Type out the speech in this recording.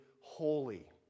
holy